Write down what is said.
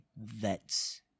vets